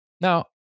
Now